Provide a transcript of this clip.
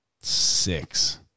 Six